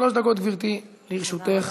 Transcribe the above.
שלוש דקות, גברתי, לרשותך.